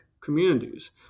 communities